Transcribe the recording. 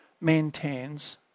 maintains